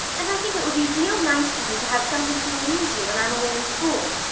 and i think it would be real nice for you to have something to amuse you when i'm away in school.